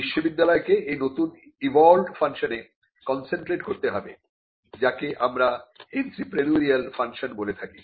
বিশ্ববিদ্যালয় কে এই নতুন ইভলভড্ ফাংশনে কনসেনট্রেট করতে হবে যাকে আমরা এন্ত্রেপ্রেনিউরিয়াল ফাংশন বলে থাকি